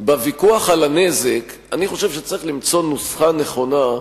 בוויכוח על הנזק אני חושב שצריך למצוא נוסחה נכונה,